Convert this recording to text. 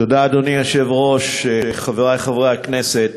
אדוני היושב-ראש, תודה, חברי חברי הכנסת,